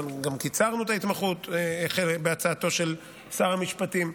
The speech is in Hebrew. גם קיצרנו את ההתמחות בהצעתו של שר המשפטים,